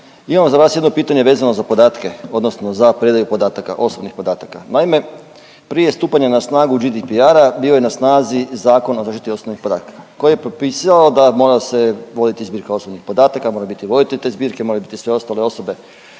Imamo za vas jedno pitanje vezano za podatke odnosno za predaju podataka, osobnih podataka. Naime, prije stupanja na snagu GDPR-a bio je na snazi Zakon o zaštiti osobnih podataka koji je propisao da mora se voditi zbirka osobnih podataka, mora biti voditelj te zbirke, moraju biti sve ostale osobe